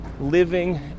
living